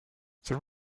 there